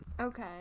Okay